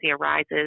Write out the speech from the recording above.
arises